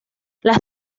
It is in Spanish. las